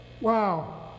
wow